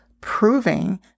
proving